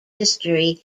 history